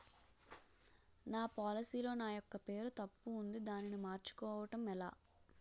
నా పోలసీ లో నా యెక్క పేరు తప్పు ఉంది దానిని మార్చు కోవటం ఎలా?